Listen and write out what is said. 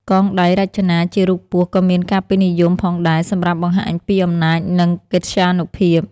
កងដៃរចនាជារូបពស់ក៏មានការពេញនិយមផងដែរសម្រាប់បង្ហាញពីអំណាចនិងកិត្យានុភាព។